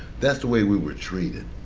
that's the way we were treated.